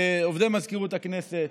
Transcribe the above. עובדי מזכירות הכנסת,